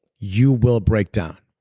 you will break down.